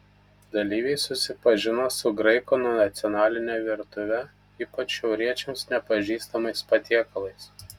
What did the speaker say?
dalyviai susipažino su graikų nacionaline virtuve ypač šiauriečiams nepažįstamais patiekalais